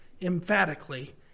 emphatically